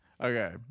okay